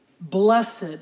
blessed